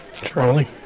Charlie